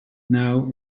now